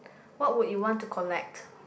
what would you want to collect